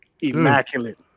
immaculate